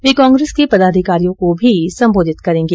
वे कांग्रेस के पदाधिकारियों को भी संबोधित करेंगे